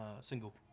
single